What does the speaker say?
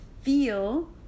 feel